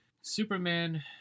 Superman